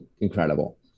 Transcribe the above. incredible